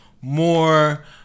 more